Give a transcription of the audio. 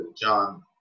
John